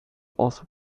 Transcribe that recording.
also